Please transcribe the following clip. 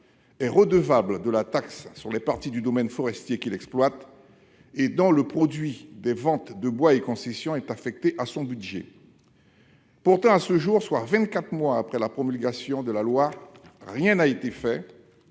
est redevable de cette taxe sur les parties du domaine forestier qu'il exploite et dont le produit des ventes de bois et concessions est affecté à son budget. Pourtant, à ce jour, soit vingt-quatre mois après la promulgation de la loi, rien n'a été fait